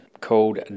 called